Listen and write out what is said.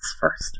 first